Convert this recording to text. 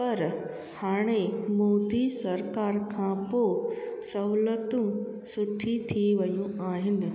पर हाणे मोदी सरकार खां पोइ सहुलियतूं सुठी थी वियूं आहिनि